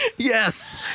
yes